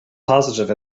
positive